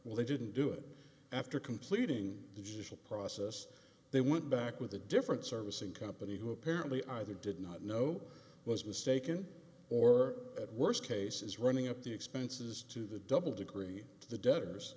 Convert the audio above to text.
through they didn't do it after completing the judicial process they went back with a different service and company who apparently either did not know was mistaken or at worst case is running up the expenses to the double degree the debtors